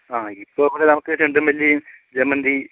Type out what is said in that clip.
ആ ഇപ്പോൾ ഇവിടെ നമുക്ക് ജെണ്ടുമല്ലിയും ജമന്തി